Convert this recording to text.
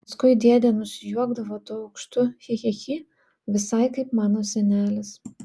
paskui dėdė nusijuokdavo tuo aukštu chi chi chi visai kaip mano senelis